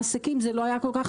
לעסקים זה לא היה מהר כל כך.